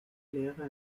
lehrer